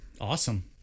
Awesome